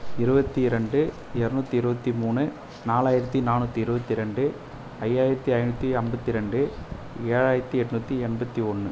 இருபத்தி இரண்டு இரநூத்தி இருபத்தி மூணு நாலாயிரத்தி நானூற்றி இருபத்தி ரெண்டு ஐயாயிரத்தி ஐநூற்றி ஐம்பத்தி ரெண்டு ஏழாயித்தி எட்நூற்றி எண்பத்தி ஒன்று